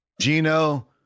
Gino